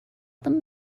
them